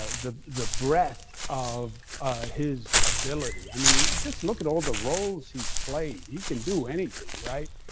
ah the the breadth of his ability i mean, just look at all the roles he's played. he can do anything, right?